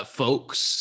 folks